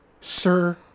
sir